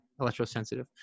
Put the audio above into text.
electrosensitive